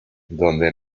donde